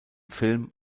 film